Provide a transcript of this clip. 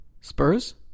Spurs